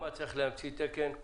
לא צריך להמציא תקן.